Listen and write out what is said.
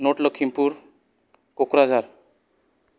north Lakhimpur Kokrajhar